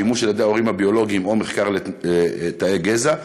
שימוש על ידי ההורים הביולוגיים או מחקר לתאי גזע,